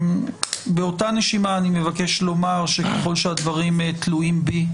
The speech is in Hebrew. באותה נשימה אני מבקש לומר שככל שהדברים תלויים בי,